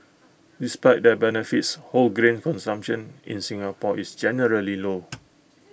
despite their benefits whole grain consumption in Singapore is generally low